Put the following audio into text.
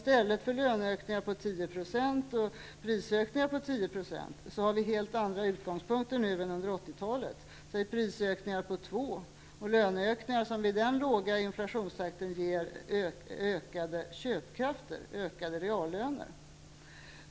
10 % har vi helt andra utgångspunkter nu än under 80-talet, säg prisökningar på 2 % och löneökningar som vid den låga inflationstakten ger ökade reallöner.